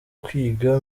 kwiga